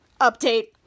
Update